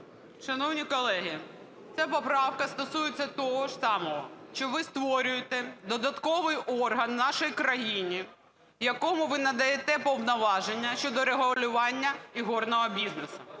Шановні колеги, ця поправка стосується того ж самого, що ви створюєте додатковий орган в нашій країні, якому ви надаєте повноваження щодо регулювання ігорного бізнесу.